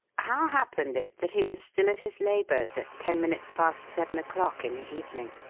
how happened it that he was still at his labours at ten minutes past seven o'clock in the evening?